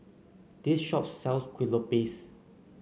this shop sells Kueh Lopes